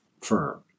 firm